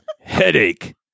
Headache